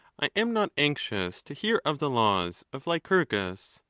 i am not anxious to hear of the laws of lycurgus,